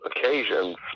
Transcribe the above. occasions